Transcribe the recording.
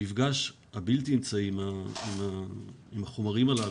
המפגש הבלתי אמצעי עם החומרים הללו,